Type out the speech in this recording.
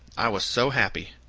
i was so happy.